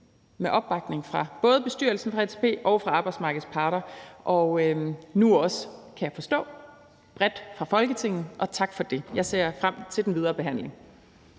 opbakning fra både bestyrelsen i ATP og arbejdsmarkedets parter og nu også, kan jeg forstå, bredt fra Folketinget, og tak for det. Jeg ser frem til den videre behandling.